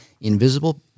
Invisible